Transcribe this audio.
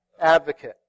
Advocate